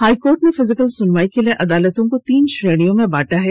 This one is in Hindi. हाईकोर्ट ने फिजिकल सुनवाई के लिए अदालतों को तीन श्रेणी में बांटा है